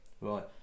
Right